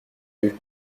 vus